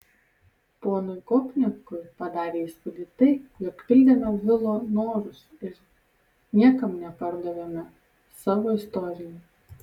ponui gopnikui padarė įspūdį tai jog pildėme vilo norus ir niekam nepardavėme savo istorijų